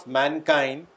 mankind